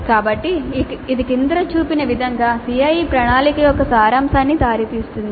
కాబట్టి ఇది క్రింద చూపిన విధంగా CIE ప్రణాళిక యొక్క సారాంశానికి దారి తీస్తుంది